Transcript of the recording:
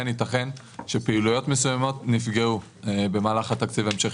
יתכן שפעילויות מסוימות נפגעו במהלך התקציב ההמשכי.